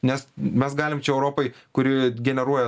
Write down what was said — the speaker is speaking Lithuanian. nes mes galim čia europoj kuri generuoja